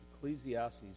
Ecclesiastes